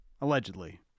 allegedly